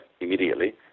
immediately